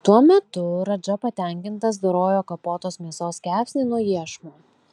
tuo metu radža patenkintas dorojo kapotos mėsos kepsnį nuo iešmo